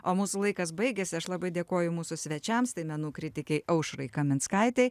o mūsų laikas baigėsi aš labai dėkoju mūsų svečiams tai menų kritikei aušrai kaminskaitei